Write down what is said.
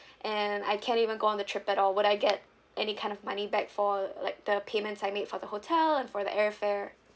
and I can't even go on the trip at all would I get any kind of money back for like the payments I made for the hotel and for the air fare